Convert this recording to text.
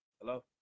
hello